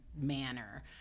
manner